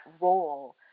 role